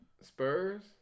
Spurs